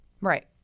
Right